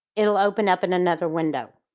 it'll open up in another window.